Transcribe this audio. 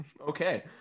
Okay